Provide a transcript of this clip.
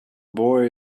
boy